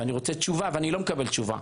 אני רוצה תשובה, אבל אני לא מקבל תשובה.